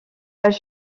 elle